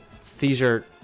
seizure